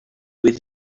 with